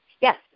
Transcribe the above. Yes